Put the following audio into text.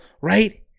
right